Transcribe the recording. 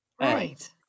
Right